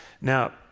Now